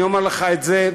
אני אומר לך את זה,